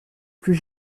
plus